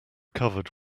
covered